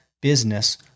business